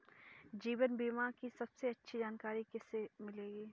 जीवन बीमा की सबसे अच्छी जानकारी कैसे मिलेगी?